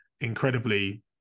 incredibly